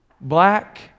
black